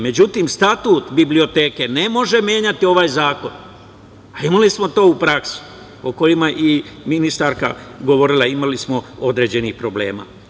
Međutim, statut biblioteke ne može menjati ovaj zakon, a imali smo to u praksi, o kojima je i ministarka govorila, imali smo određenih problema.